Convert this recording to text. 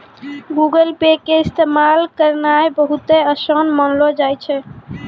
Google Pay के इस्तेमाल करनाय बहुते असान मानलो जाय छै